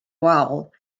wal